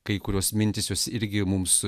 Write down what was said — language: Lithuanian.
kai kurios mintys jos irgi mums